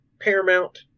Paramount